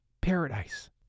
Paradise